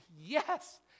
yes